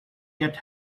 yet